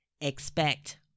Expect